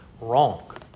wrong